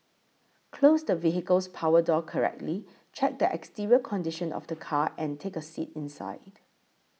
close the vehicle's power door correctly check the exterior condition of the car ans take a seat inside